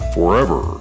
forever